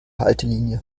haltelinie